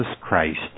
Christ